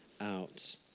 out